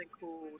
cool